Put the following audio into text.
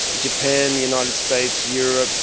japan, the united states, europe,